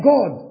God